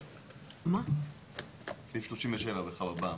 סעיף 37 חל?